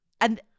and-